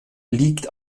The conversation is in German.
liegt